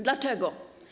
Dlaczego?